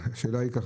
השאלה היא כזו,